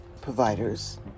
providers